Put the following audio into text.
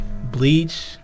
bleach